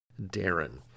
Darren